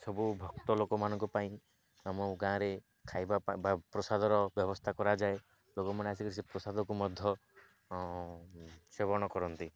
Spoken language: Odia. ସବୁ ଭକ୍ତ ଲୋକମାନଙ୍କ ପାଇଁ ଆମ ଗାଁରେ ଖାଇବା ବା ପ୍ରସାଦର ବ୍ୟବସ୍ଥା କରାଯାଏ ଲୋକମାନେ ଆସିକି ସେ ପ୍ରସାଦକୁ ମଧ୍ୟ ସେବନ କରନ୍ତି